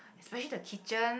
especially the kitchen